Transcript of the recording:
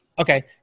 Okay